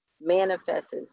manifests